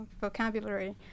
vocabulary